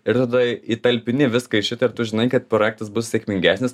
ir tada įtalpini viską į šitą ir tu žinai kad projektas bus sėkmingesnis